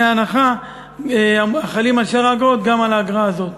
ההנחה החלים על שאר האגרות גם על האגרה הזאת.